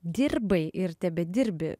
dirbai ir tebedirbi